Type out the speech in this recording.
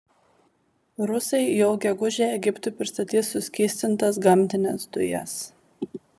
rusai jau gegužę egiptui pristatys suskystintas gamtines dujas